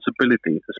responsibility